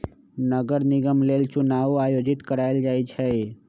नगर निगम लेल चुनाओ आयोजित करायल जाइ छइ